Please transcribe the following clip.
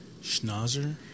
Schnauzer